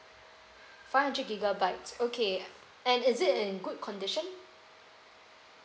five hundred gigabytes okay and is it in good condition